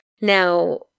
Now